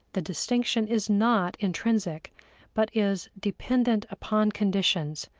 the distinction is not intrinsic but is dependent upon conditions,